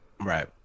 Right